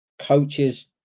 coaches